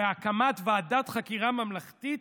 בהקמת ועדת חקירה ממלכתית,